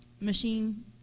Machine